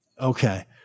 Okay